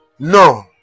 No